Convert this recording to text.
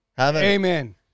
Amen